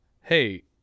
Hey